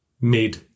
made